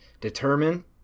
determine